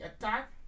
attack